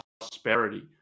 prosperity